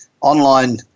online